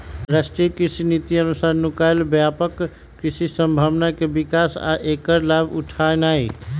राष्ट्रीय कृषि नीति अनुसार नुकायल व्यापक कृषि संभावना के विकास आ ऐकर लाभ उठेनाई